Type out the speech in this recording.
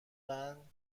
قند